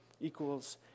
equals